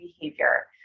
behavior